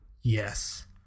yes